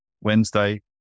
Wednesday